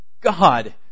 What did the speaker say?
God